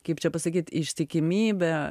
kaip čia pasakyt ištikimybė